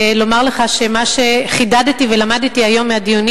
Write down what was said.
ולומר לך שמה שחידדתי ולמדתי היום מהדיונים